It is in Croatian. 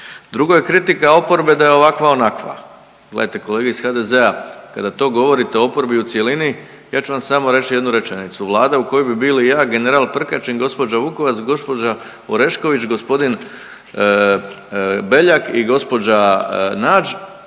Drugo je kritika oporbe da je ovakva onakva, gledajte kolege iz HDZ-a kada to govorite oporbi u cjelini ja ću vam samo reć jednu rečenicu, Vlada u kojoj bi bili ja, general Prkačin, gospođa Vukovac, gospođa Orešković, g. Beljak i gospođa Nađ,